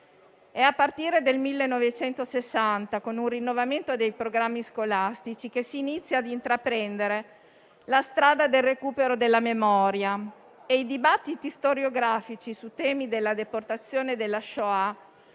È a partire del 1960, con un rinnovamento dei programmi scolastici, che si inizia a intraprendere la strada del recupero della memoria e i dibattiti storiografici su temi della deportazione e della *shoah*